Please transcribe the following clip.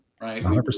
right